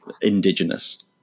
Indigenous